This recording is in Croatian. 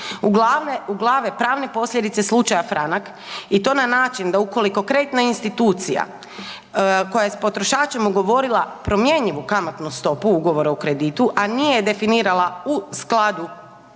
uglave pravne posljedice slučaja Franak i to na način da ukoliko kreditna institucija koja je s potrošačem ugovorila promjenjivu kamatnu stopu ugovora o kreditu a nije definirala u skladu